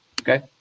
okay